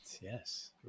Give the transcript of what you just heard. yes